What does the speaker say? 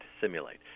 simulate